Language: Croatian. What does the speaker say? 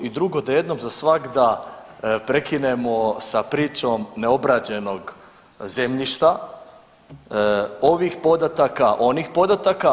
I drugo, da jednom za svagda prekinemo sa pričom neobrađenog zemljišta, ovih podataka, onih podataka.